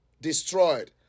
destroyed